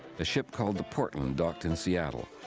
a ship called the portland docked in seattle,